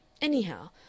Anyhow